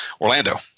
Orlando